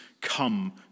come